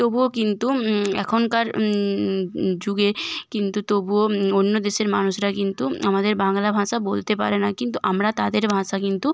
তবুও কিন্তু এখনকার যুগে কিন্তু তবুও অন্য দেশের মানুষরা কিন্তু আমাদের বাংলা ভাষা বলতে পারে না কিন্তু আমরা তাদের ভাষা কিন্তু